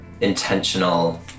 intentional